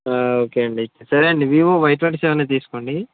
ఒకే అండి సరేనండి Vivo Y twenty సెవెనే తీసుకోండి